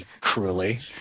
cruelly